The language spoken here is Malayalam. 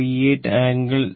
38 ആംഗിൾ 22